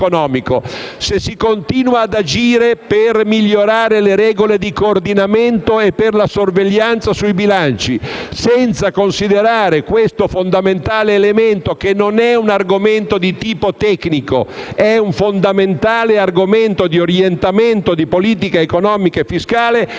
Se si continua ad agire per migliorare le regole di coordinamento e per la sorveglianza sui bilanci senza considerare questo fondamentale elemento, che non è un argomento di tipo tecnico, ma è un fondamentale argomento di orientamento di politica economica e fiscale,